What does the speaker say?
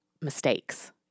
mistakes